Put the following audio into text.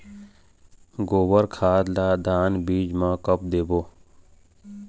गोबर खाद ला धान बीज म कब देबो?